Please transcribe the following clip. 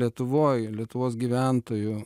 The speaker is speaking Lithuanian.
o lietuvoj lietuvos gyventojų